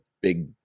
big